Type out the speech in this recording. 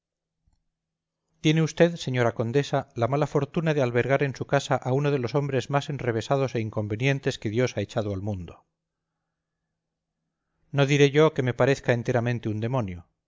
tiene usted señora condesa la mala fortuna de albergar en su casa a uno de los hombres más enrevesados e inconvenientes que dios ha echado al mundo no diré yo que me parezca enteramente un demonio